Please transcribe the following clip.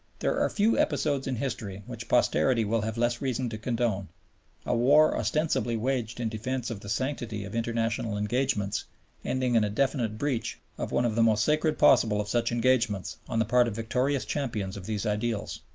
there are few episodes in history which posterity will have less reason to condone a war ostensibly waged in defense of the sanctity of international engagements ending in a definite breach of one of the most sacred possible of such engagements on the part of victorious champions of these ideals.